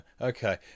okay